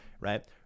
right